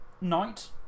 Night